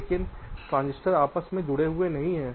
लेकिन ट्रांजिस्टर आपस में जुड़े हुए नहीं हैं